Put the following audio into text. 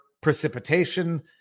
precipitation